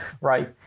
right